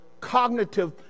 cognitive